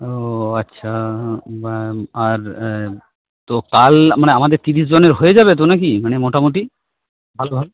ও আচ্ছা আর তো কাল মানে আমাদের তিরিশ জনের হয়ে যাবে তো না কি মানে মোটামুটি ভালোভাবে